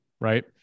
right